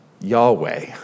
Yahweh